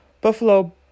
Buffalo